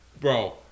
Bro